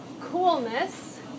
coolness